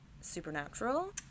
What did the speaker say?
Supernatural